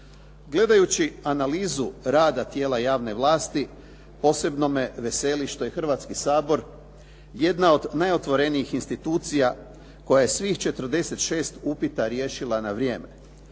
Gledajući analizu rada tijela javne vlasti, posebno me veseli što je Hrvatski sabor jedna od najotvorenijih institucija koja svih 46 upita riješila na vrijeme.